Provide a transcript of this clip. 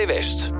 West